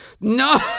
No